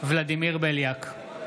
ולדימיר בליאק,